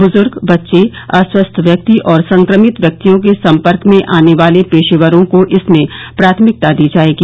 बुजुर्ग बच्चे अस्वस्थ व्यक्ति और संक्रमित व्यक्तियों के संपर्क में आने वाले पेशेवरों को इसमें प्राथमिकता दी जाएगी